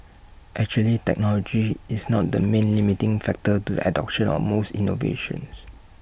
actually technology is not the main limiting factor to adoption of most innovations